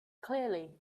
clearly